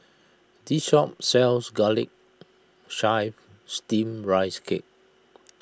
this shop sells Garlic Chives Steamed Rice Cake